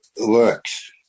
works